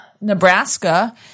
Nebraska